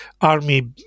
army